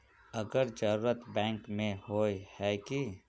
अगर जरूरत बैंक में होय है की?